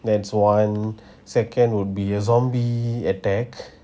that's one second would be a zombie attack